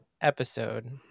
episode